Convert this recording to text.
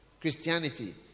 Christianity